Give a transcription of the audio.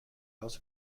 also